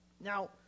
Now